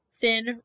thin